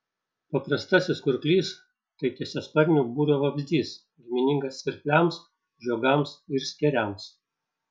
paprastasis kurklys tai tiesiasparnių būrio vabzdys giminingas svirpliams žiogams ir skėriams